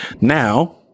Now